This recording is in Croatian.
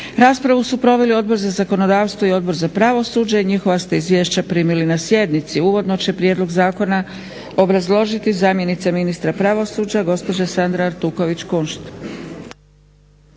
Raspravu su proveli Odbor za zakonodavstvo i Odbor za pravosuđe, njihova ste izvješća primili na sjednici. Uvodno će Prijedlog zakona obrazložiti zamjenica ministra pravosuđa gospođa Sandra Artuković-Kunšt.